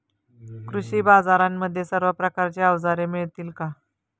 कृषी बाजारांमध्ये सर्व प्रकारची अवजारे मिळतील का?